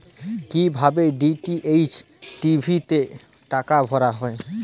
কি ভাবে DTH TV তে টাকা ভরা হয়?